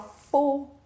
four